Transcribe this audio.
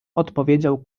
odpowiedział